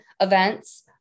events